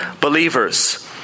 believers